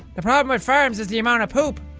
the problem with farms is the amount of poop.